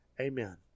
amen